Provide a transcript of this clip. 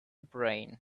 brain